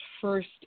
first